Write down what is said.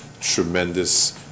tremendous